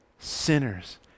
Sinners